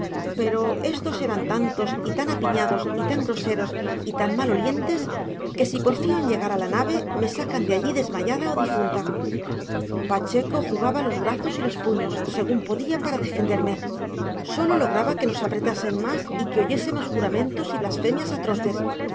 pero estos eran tantos y tan apiñados y tan groseros y tan mal olientes que si porfío en llegar a la nave me sacan de allí desmayada o difunta pacheco jugaba los brazos y los puños según podía para defenderme sólo lograba que nos apretasen más y que oyésemos juramentos y blasfemias atroces